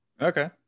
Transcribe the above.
Okay